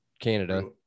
Canada